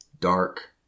dark